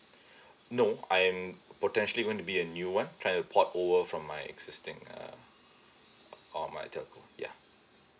no I'm potentially going to be a new one trying to port over from my existing uh or my telco ya